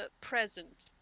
present